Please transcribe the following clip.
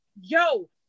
yo